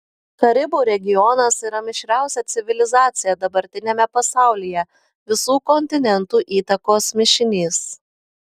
karibų regionas yra mišriausia civilizacija dabartiniame pasaulyje visų kontinentų įtakos mišinys